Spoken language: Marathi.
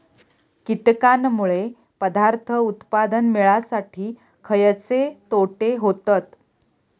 कीटकांनमुळे पदार्थ उत्पादन मिळासाठी खयचे तोटे होतत?